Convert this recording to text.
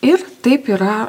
ir taip yra